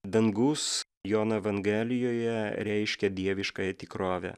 dangus jono evangelijoje reiškia dieviškąją tikrovę